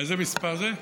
איזה מספר זה?